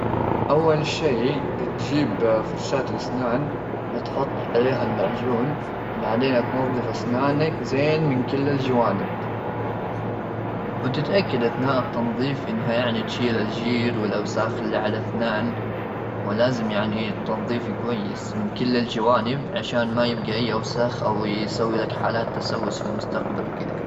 اول شيء بتجيب فرشاه الاسنان وتحطي عليها المعجون ,وبعدين تنظف اسنانك زين من كل الجوانب وتتاكد اثناء التنظيف انها يعني تشيل الجير والاوساخ اللي على اثنين ولازم يعني تنظيف كويس من كل الجوانب عشان ما يبقى اي اوساخ او يسوي لك حالات تسوس في المستقبل.